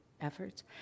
efforts